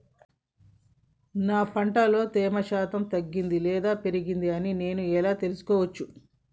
నా పంట లో తేమ శాతం తగ్గింది లేక పెరిగింది అని నేను ఎలా తెలుసుకోవచ్చు?